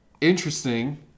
interesting